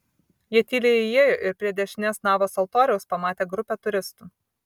jie tyliai įėjo ir prie dešinės navos altoriaus pamatė grupę turistų